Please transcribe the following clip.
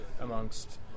amongst